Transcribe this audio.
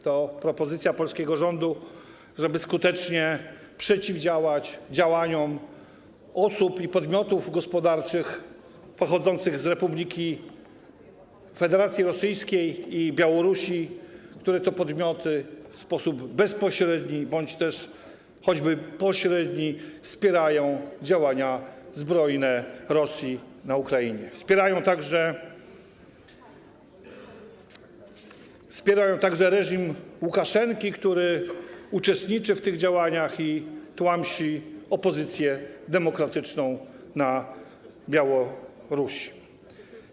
To propozycja polskiego rządu, żeby skutecznie przeciwdziałać działaniom osób i podmiotów gospodarczych pochodzących z Federacji Rosyjskiej i Białorusi, które to podmioty w sposób bezpośredni bądź też choćby pośredni wspierają działania zbrojne Rosji na Ukrainie, wspierają także reżim Łukaszenki, który uczestniczy w tych działaniach i tłamsi opozycję demokratyczną na Białorusi.